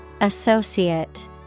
Associate